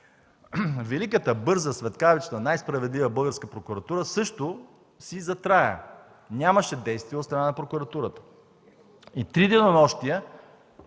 Великата, бърза, светкавична, най-справедлива българска прокуратура също си затрая. Нямаше действия от страна на прокуратурата. Три денонощия